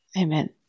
Amen